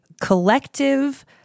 collective